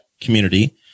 community